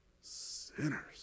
sinners